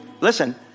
listen